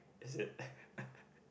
is it